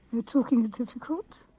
talking is difficult